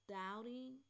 doubting